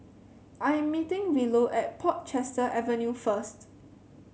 I am meeting Willow at Portchester Avenue first